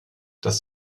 das